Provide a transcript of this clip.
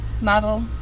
Marvel